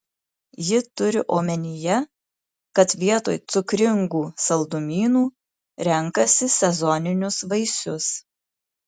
ji turi omenyje kad vietoj cukringų saldumynų renkasi sezoninius vaisius